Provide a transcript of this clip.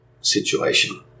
situation